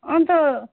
अन्त